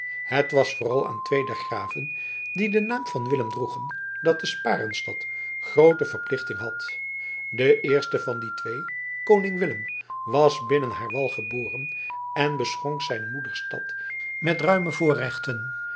het was vooral aan twee der graven die den naam van willem droegen dat de sparenstad groote verplichting had de eerste van die twee koning willem was binnen haar wal geboren en beschonk zijn moederstad met ruime voorrechten